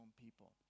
people